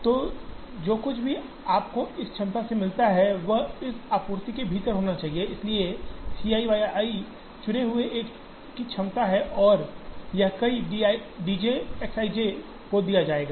तो जो कुछ भी आपको इस क्षमता से मिलता है वह इस आपूर्ति के भीतर भी होना चाहिए इसलिए यह C i y i चुने हुए एक की क्षमता है और यह कई D j X i j को दिया जायेगा